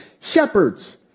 shepherds